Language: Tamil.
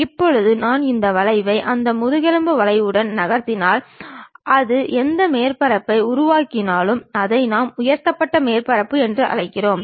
இப்போது நான் இந்த வளைவை அந்த முதுகெலும்பு வளைவுடன் நகர்த்தினால் அது எந்த மேற்பரப்பை உருவாக்கினாலும் அதை நாம் உயர்த்தப்பட்ட மேற்பரப்பு என்றும் அழைக்கிறோம்